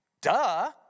Duh